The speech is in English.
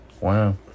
Wow